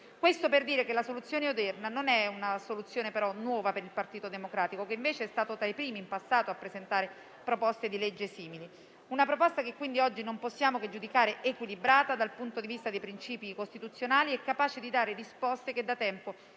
Questo per dire che quella odierna non è una soluzione nuova per il Partito Democratico, che invece è stato tra i primi, in passato, a presentare proposte di legge simili. Si tratta dunque di una proposta che oggi non possiamo che giudicare equilibrata dal punto di vista dei principi costituzionali e capace di dare risposte che, da tempo,